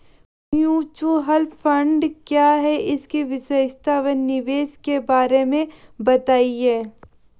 Mutual fund क्या है इसकी विशेषता व निवेश के बारे में बताइये?